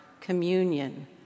Communion